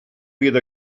bydd